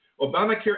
Obamacare